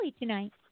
tonight